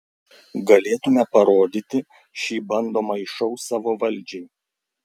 galėtumėme parodyti šį bandomąjį šou savo valdžiai